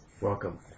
Welcome